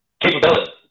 capability